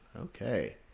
Okay